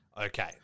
Okay